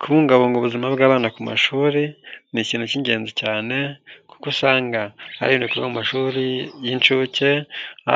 Kubungabunga ubuzima bw'abana ku mashuri ni ikintu cy'ingenzi cyane kuko usanga ari ibintu bikorwa mu mashuri y'inshuke,